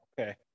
Okay